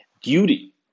duty